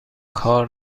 کار